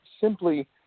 simply